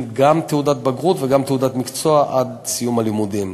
גם תעודת בגרות וגם תעודת מקצוע עם סיום הלימודים.